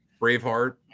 Braveheart